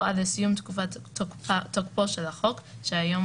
או עד לסיום תקופת תוקפו של החוק" שהיום